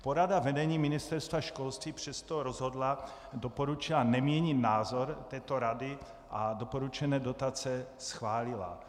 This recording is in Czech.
Porada vedení Ministerstva školství přesto rozhodla, doporučila neměnit názor této rady a doporučené dotace schválila.